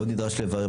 עוד נדרוש לברר,